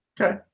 Okay